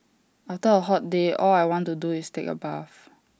after A hot day all I want to do is take A bath